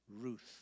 Ruth